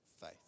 faith